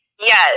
Yes